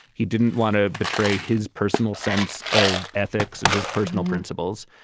he didn't want to betray his personal sense of ethics and his personal principles.